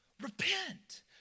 Repent